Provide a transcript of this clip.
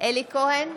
אלי כהן,